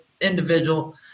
individual